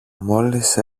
μόλις